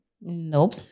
Nope